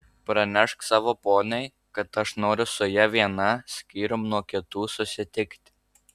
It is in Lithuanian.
pranešk savo poniai kad aš noriu su ja viena skyrium nuo kitų susitikti